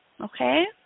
okay